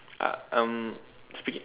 uh um speaking